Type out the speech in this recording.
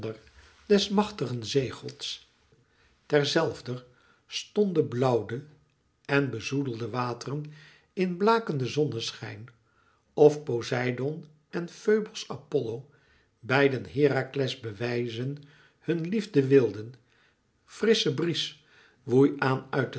des machtigen zeegods ter zelfder stonde blauwden de bezoedelde wateren in blakenden zonneschijn of poseidoon en foibos apollo beiden herakles bewijzen hun liefde wilden frissche bries woei aan